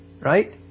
right